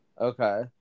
Okay